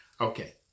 Okay